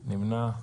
מי נמנע?